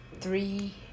three